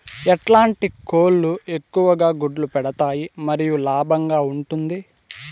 ఎట్లాంటి కోళ్ళు ఎక్కువగా గుడ్లు పెడతాయి మరియు లాభంగా ఉంటుంది?